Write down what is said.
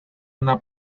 una